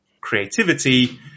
creativity